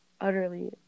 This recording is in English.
utterly